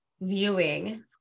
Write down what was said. viewing